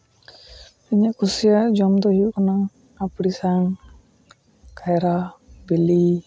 ᱤᱧ ᱠᱩᱥᱤᱭᱟᱜ ᱡᱚᱢ ᱫᱚ ᱦᱩᱭᱩᱜ ᱠᱟᱱᱟ ᱠᱟᱭᱨᱟ ᱵᱤᱞᱤ